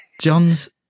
John's